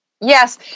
yes